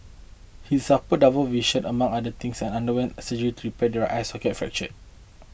he suffered double vision among other things and underwent surgery to repair the eye socket fracture